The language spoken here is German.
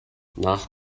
nach